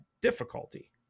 difficulty